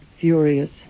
furious